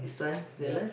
his son still alive